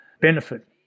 benefit